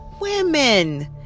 Women